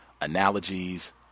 analogies